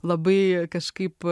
labai kažkaip